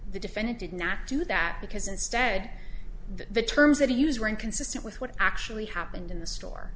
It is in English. the defendant did not do that because instead the terms that he used were inconsistent with what actually happened in the store